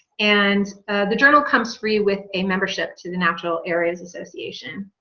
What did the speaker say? and the journal comes free with a membership to the natural areas association